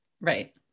Right